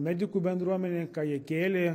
medikų bendruomenėj ką jie kėlė